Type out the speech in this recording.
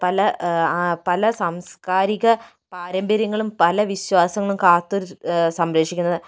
പല സാംസ്കാരിക പാരമ്പര്യങ്ങളും പല വിശ്വാസങ്ങളും കാത്തൊരു സംരക്ഷിക്കുന്ന